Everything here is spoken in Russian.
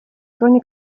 кроме